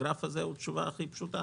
הגרף הזה הוא התשובה הכי פשוטה: